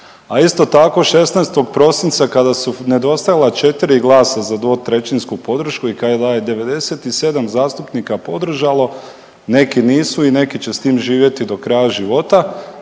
a isto tako 16. prosinca kada su nedostajala četiri glasa za dvotrećinsku podršku i … 97 zastupnika podržalo neki nisu i neki će s tim živjeti do kraja života